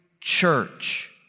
church